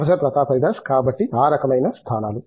professor Pratap Haridas కాబట్టి ఆ రకమైన స్థానాలు